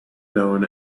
known